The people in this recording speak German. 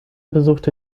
besuchte